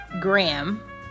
Graham